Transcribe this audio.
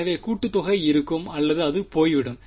எனவே கூட்டுத்தொகை இருக்கும் அல்லது அது போய்விடும்